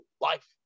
life